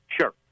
Sure